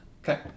Okay